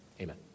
Amen